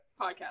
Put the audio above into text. Podcast